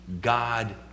God